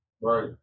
Right